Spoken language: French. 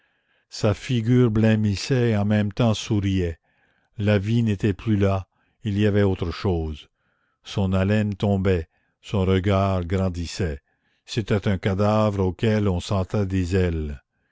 sa figure blêmissait et en même temps souriait la vie n'était plus là il y avait autre chose son haleine tombait son regard grandissait c'était un cadavre auquel on sentait des ailes